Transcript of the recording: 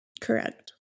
Correct